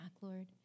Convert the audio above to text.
Lord